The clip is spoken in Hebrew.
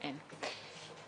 לא.